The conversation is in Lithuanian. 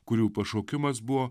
kurių pašaukimas buvo